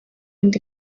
inda